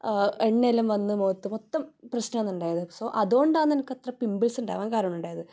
എണ്ണയെല്ലാം വന്ന് മുഖത്ത് മൊത്തം പ്രശ്നമാണ് ഉണ്ടായത് സോ അതുകൊണ്ടാണ് എനിക്കത്ര പിമ്പിൾസ് ഉണ്ടാവാൻ കാരണമുണ്ടായത്